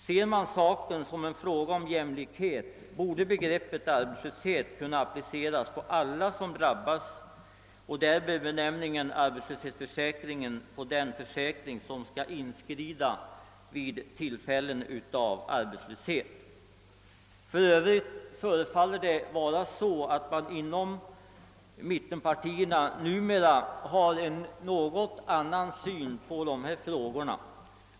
Ser man saken som en fråga om jämlikhet borde begreppet arbetslöshet kunna appliceras på alla som drabbas och därmed också benämningen arbetslöshetsförsäkring accepteras för den försäkring som skall inskrida vid tillfällen av arbetslöshet. För övrigt förefaller man inom mittenpartierna numera att ha en något annan syn på dessa frågor.